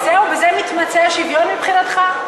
וזהו, בזה מתמצה השוויון מבחינתך?